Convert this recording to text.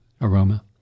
aroma